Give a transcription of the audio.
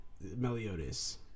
Meliodas